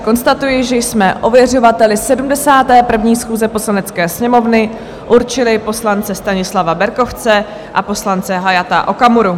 Konstatuji tedy, že jsme ověřovateli 71. schůze Poslanecké sněmovny určili poslance Stanislava Berkovce a poslance Hayata Okamuru.